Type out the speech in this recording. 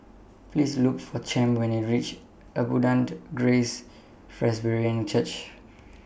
Please Look For Champ when YOU REACH Abundant Grace Presbyterian Church